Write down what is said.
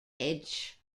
edge